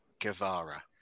Guevara